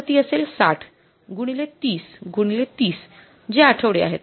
तर ती असेल ६० गुणिले ३० गुणिले ३० जे आठवडे आहेत